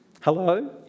Hello